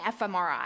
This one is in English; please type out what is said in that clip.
fMRI